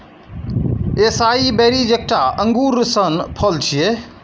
एसाई berries एकटा अंगूर सन फल छियै